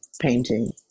painting